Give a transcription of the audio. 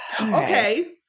okay